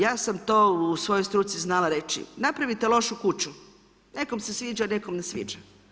Ja sam to u svojoj struci znala reći, napravite lošu kuću, nekom se sviđa, nekom ne sviđa.